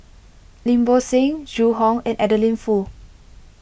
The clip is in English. Lim Bo Seng Zhu Hong and Adeline Foo